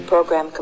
Program